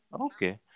Okay